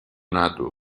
nadu